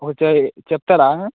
okay చెప్తారా